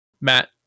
Matt